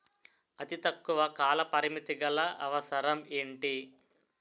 అతి తక్కువ కాల పరిమితి గల అవసరం ఏంటి